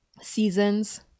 seasons